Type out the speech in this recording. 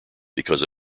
because